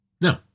No